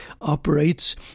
operates